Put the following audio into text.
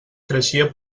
creixia